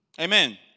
Amen